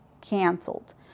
canceled